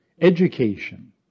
education